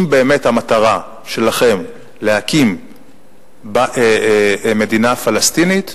אם באמת המטרה שלכם להקים מדינה פלסטינית,